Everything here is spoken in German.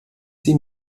sie